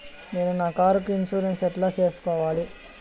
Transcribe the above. నేను నా కారుకు ఇన్సూరెన్సు ఎట్లా సేసుకోవాలి